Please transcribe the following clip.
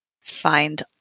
find